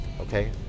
okay